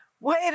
wait